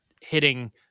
hitting